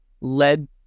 led